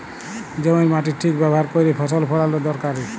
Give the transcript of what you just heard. জমির মাটির ঠিক ব্যাভার ক্যইরে ফসল ফলাল দরকারি